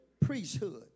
priesthood